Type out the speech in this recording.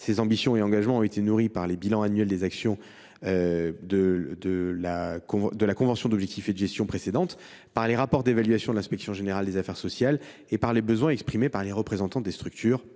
Ces ambitions et ces engagements ont été nourris par les bilans annuels des actions de la COG précédente, par les rapports d’évaluation de l’inspection générale des affaires sociales et par les besoins exprimés par les représentants des structures,